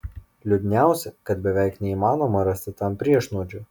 liūdniausia kad beveik neįmanoma rasti tam priešnuodžio